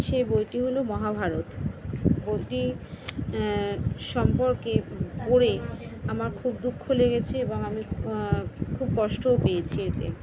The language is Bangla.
সেই বইটি হলো মহাভারত বইটি সম্পর্কে পড়ে আমার খুব দুঃখ লেগেছে এবং আমি খুব কষ্টও পেয়েছি এতে